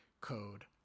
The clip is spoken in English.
code